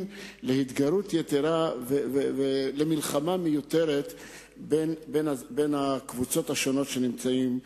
להתגרות יתירה ולמלחמה מיותרת בין הקבוצות השונות שנמצאות ביישוב.